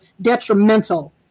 detrimental